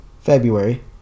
February